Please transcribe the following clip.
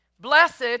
Blessed